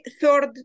third